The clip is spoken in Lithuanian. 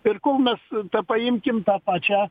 ir kol mes ta paimkim tą pačią